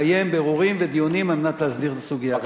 לקיים בירורים ודיונים כדי להסדיר את הסוגיה הזאת.